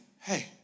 hey